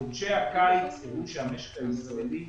חודשי הקיץ הראו שהמשק הישראלי,